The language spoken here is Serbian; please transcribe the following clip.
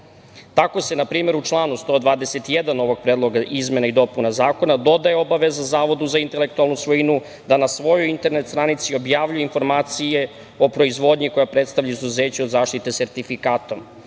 tome. Tako, na primer u članu 121. ovog Predloga izmena i dopuna Zakona dodaje obaveza Zavodu za intelektualnu svojinu da na svojoj internet stranici objavljuje informacije o proizvodnji koja predstavlja izuzeće od zaštite sertifikatom. Takođe,